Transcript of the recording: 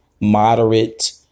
moderate